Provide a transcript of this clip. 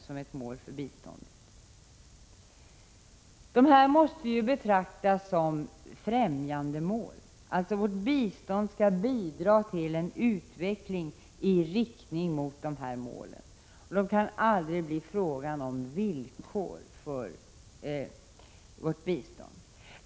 Dessa mål måste betraktas som främjandemål. Vårt bistånd skall bidra till en utveckling i riktning mot dessa mål. De får aldrig vara villkor för vårt bistånd.